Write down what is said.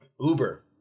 uber